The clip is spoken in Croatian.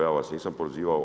Ja vas nisam prozivao.